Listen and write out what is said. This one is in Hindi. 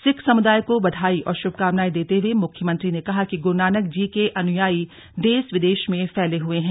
सिख समुदाय को बधाई और शुभकामनाएं देते हुए मुख्यमंत्री ने कहा कि ग़्रूनानक जी के अनुयायी देश विदेश में फैले हुए हैं